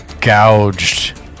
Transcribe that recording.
gouged